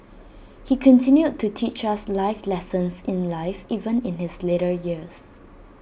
he continued to teach us life lessons in life even in his later years